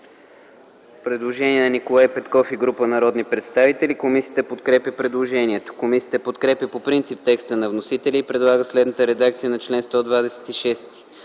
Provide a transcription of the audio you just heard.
предложение на Николай Петков и група народни представители. Комисията подкрепя предложението. Комисията подкрепя по принцип текста на вносителя и предлага следната редакция на чл. 126: